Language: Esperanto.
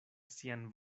sian